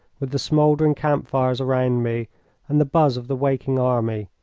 with the smouldering camp-fires around me and the buzz of the waking army.